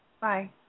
Bye